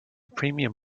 premium